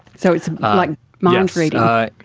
so it's like mind reading. but